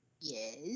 Yes